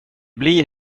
blir